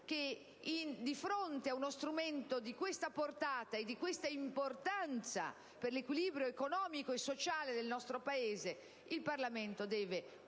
che, di fronte a uno strumento di questa portata e di questa importanza per l'equilibrio economico e sociale del nostro Paese, il Parlamento deve